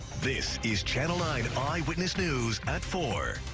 this is channel nine eyewitness news at four.